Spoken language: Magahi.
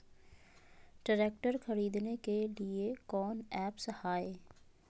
ट्रैक्टर खरीदने के लिए कौन ऐप्स हाय?